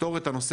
לפתור את ההסכם,